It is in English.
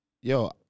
yo